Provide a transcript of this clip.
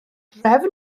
drefn